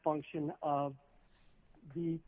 function of the